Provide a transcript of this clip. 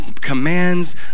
commands